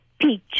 peach